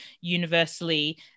universally